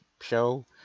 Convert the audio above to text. show